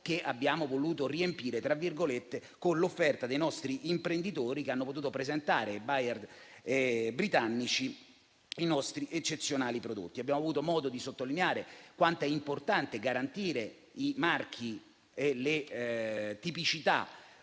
che abbiamo voluto "riempire" con l'offerta dei nostri imprenditori, che hanno potuto presentare ai *buyer* britannici i nostri eccezionali prodotti. Abbiamo avuto modo di sottolineare quanto è importante garantire i marchi e le tipicità